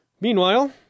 Meanwhile